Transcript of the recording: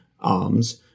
arms